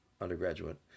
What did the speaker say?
undergraduate